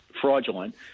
fraudulent